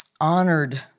honored